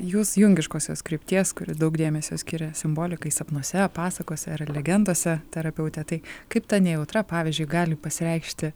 jūs jungiškosios krypties kuri daug dėmesio skiria simbolikai sapnuose pasakose ar legendose terapeutė tai kaip ta nejautra pavyzdžiui gali pasireikšti